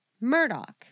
Murdoch